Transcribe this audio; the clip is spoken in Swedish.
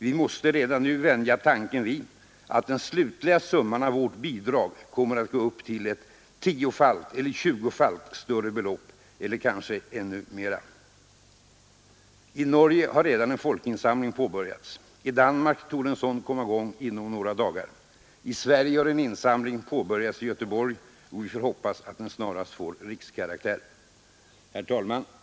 Vi måste redan nu vänja tanken vid att den slutliga summan av vårt bidrag kommer att gå upp till ett tiofalt eller tjugofalt större belopp — eller kanske ännu mer. I Norge har redan en folkinsamling påbörjats. I Danmark torde en sådan komma i gång inom några dagar. I Sverige har en insamling påbörjats i Göteborg, och vi skall hoppas att den snarast får rikskaraktär. Herr talman!